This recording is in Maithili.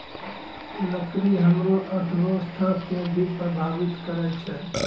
लकड़ी हमरो अर्थव्यवस्था कें भी प्रभावित करै छै